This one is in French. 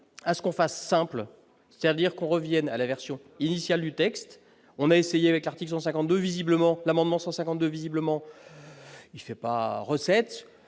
à ce qu'on fasse, simple, c'est-à-dire qu'on revienne à la version initiale du texte, on a essayé avec l'article 152 visiblement l'amendement 152 visiblement il fait pas recette